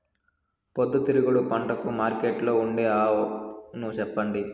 పొద్దుతిరుగుడు పంటకు మార్కెట్లో ఉండే అవును చెప్పండి?